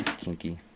Kinky